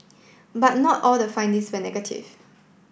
but not all the findings were negative